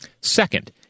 Second